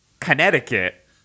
Connecticut